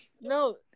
No